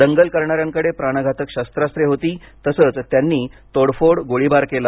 दंगल करणाऱ्यांकडे प्राणघातक शस्त्रात्रे होती तसंच त्यांनी तोडफोड गोळीबार केला